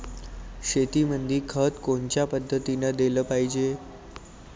शेतीमंदी खत कोनच्या पद्धतीने देलं पाहिजे?